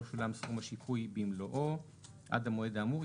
שולם סכום השיפוי במלואו עד המועד כאמור,